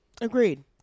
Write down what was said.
Agreed